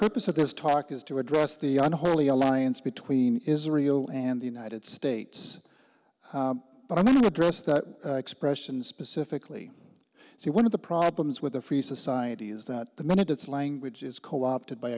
purpose of this talk is to address the unholy alliance between israel and the united states but i want to address that expression specifically so one of the problems with a free society is that the minute it's language is co opted by